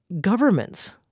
governments